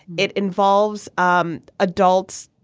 it involves um adults